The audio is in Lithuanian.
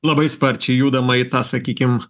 labai sparčiai judama į tą sakykim